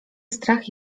strach